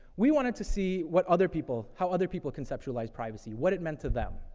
we wanted to see what other people how other people conceptualized privacy, what it meant to them.